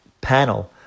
panel